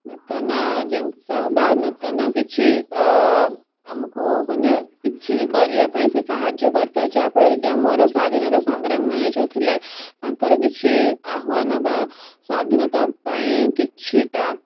ନୂତନ ଜିନିଷ ବା ନୂତନ କିଛି ଅ ଆମକୁ ମାନେ କିଛି ବି କରିବାପାଇଁ ସେ ସାହାଯ୍ୟ କରିଥାଏ ଯାହାଫଳରେ କି ଆମର ସ୍ଵାଧୀନତା ସଂଗ୍ରାମୀମାନେ ଯେଉଁ ଥିଲେ ତାଙ୍କର କିଛି ଆହ୍ବାନ ବା ସ୍ଵାଧୀନତା ପାଇଁ କିଛିଟା